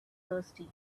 thirsty